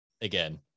again